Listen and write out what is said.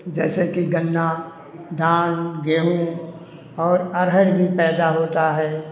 जैसे कि गन्ना धान गेंहूँ और अरहर भी पैदा होता है